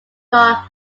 got